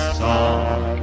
song